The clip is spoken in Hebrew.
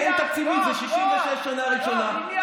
כי אי-אפשר לעשות את זה בלי תכנון,